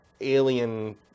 alien